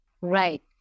Right